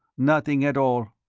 nothing at all.